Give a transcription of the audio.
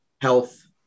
health